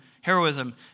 heroism